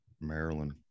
Maryland